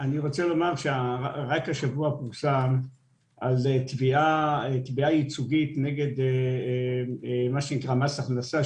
רק השבוע פורסם על תביעה ייצוגית נגד מס הכנסה,